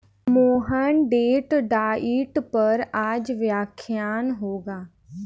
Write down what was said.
Mohan Date diet पर आज व्याख्यान होगा